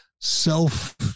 self